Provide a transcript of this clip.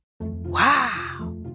Wow